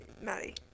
Maddie